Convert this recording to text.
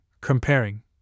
comparing